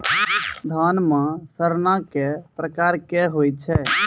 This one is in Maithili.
धान म सड़ना कै प्रकार के होय छै?